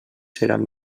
seran